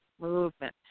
movement